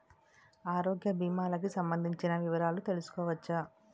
ఆరోగ్య భీమాలకి సంబందించిన వివరాలు తెలుసుకోవచ్చా?